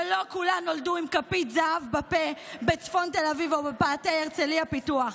שלא כולן נולדו עם כפית זהב בפה בצפון תל אביב או בפאתי הרצליה פיתוח.